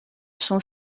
sont